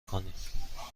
کنیم